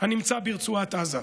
הנמצא ברצועת עזה.